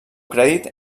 crèdit